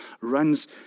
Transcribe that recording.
runs